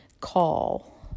call